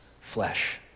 flesh